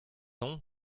emaon